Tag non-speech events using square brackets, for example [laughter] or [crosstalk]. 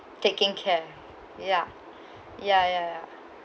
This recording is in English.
taking care ya [breath] ya ya ya ya